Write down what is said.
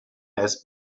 has